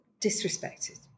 disrespected